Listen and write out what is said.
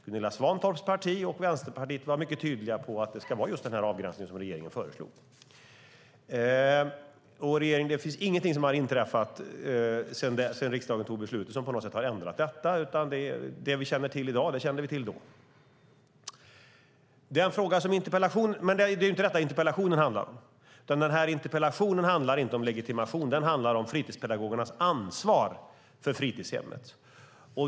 Gunilla Svantorps parti och Vänsterpartiet var mycket tydliga med att det ska vara just den här avgränsningen som regeringen föreslog. Ingenting har inträffat som har ändrat detta sedan riksdagen fattade beslutet, utan det vi känner till i dag kände vi också till då. Det är dock inte detta som interpellationen handlar om, utan den handlar om fritidspedagogernas ansvar för fritidshemmet.